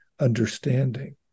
understanding